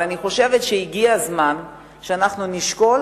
אבל אני חושבת שהגיע הזמן שאנחנו נשקול